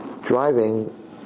driving